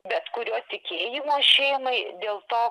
bet kurio tikėjimo šeimai dėl to